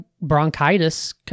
bronchitis